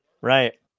Right